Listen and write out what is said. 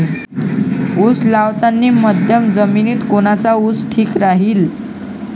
उस लावतानी मध्यम जमिनीत कोनचा ऊस ठीक राहीन?